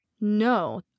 No